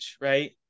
right